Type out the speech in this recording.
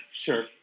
Sure